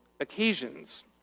occasions